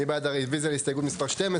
מי בעד רביזיה להסתייגות מספר 15?